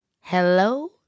Hello